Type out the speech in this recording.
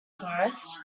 forest